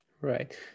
Right